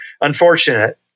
unfortunate